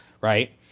right